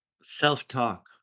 Self-talk